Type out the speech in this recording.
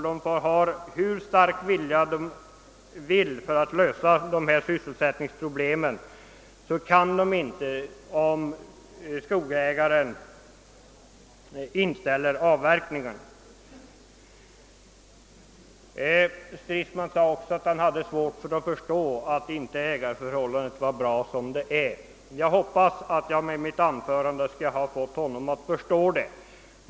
De må vara aldrig så inställda på att lösa problemen, de kan ändå inte göra någonting om skogsägaren inställer avverkningen. Herr Stridsman hade också svårt att förstå att ägandeförhållandena inte är bra som de är. Jag hoppas att jag med detta anförande har fått herr Stridsman att förstå att det inte är bra.